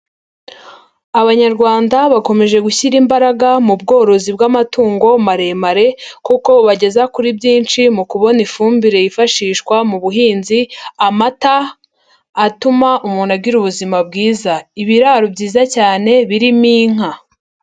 Abanyarwanda bakomeje gushyira imbaraga mu bworozi bw'amatungo maremare kuko bubageza kuri byinshi mu kubona ifumbire yifashishwa mu buhinzi, amata atuma umuntu agira ubuzima bwiza, ibiraro byiza cyane birimo inka.